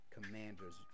Commanders